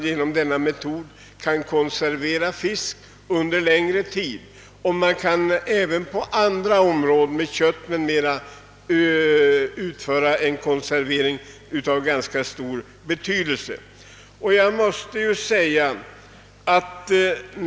Med denna metod kan man nämligen konservera fisk och även kött under en längre tid.